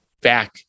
back